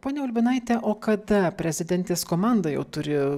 ponia ulbinaite o kada prezidentės komanda jau turi